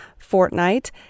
Fortnite